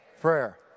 Prayer